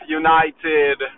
united